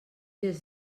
des